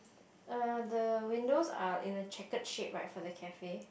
err the windows are in a checkered shape right for the cafe